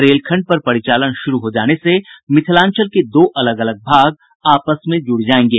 रेलखंड पर परिचालन शुरू हो जाने से मिथिलांचल के दो अलग अलग भाग आपस में जूड़ जायेंगे